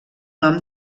nom